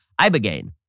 Ibogaine